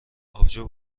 آبجو